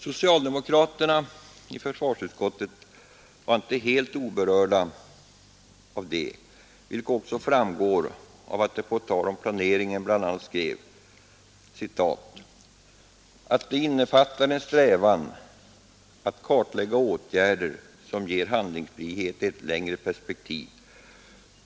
Socialdemokraterna i utskottet var inte helt oberörda av detta, vilket framgår av att de på tal om planeringen bl.a. skrev att den ”innefattar en strävan att kartlägga åtgärder som ger handlingsfrihet i ett längre perspektiv.